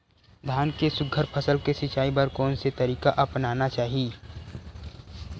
धान के सुघ्घर फसल के सिचाई बर कोन से तरीका अपनाना चाहि?